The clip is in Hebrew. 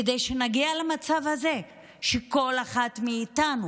כדי שנגיע למצב הזה שכל אחת מאיתנו,